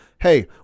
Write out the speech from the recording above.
hey